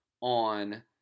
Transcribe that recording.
on